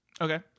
Okay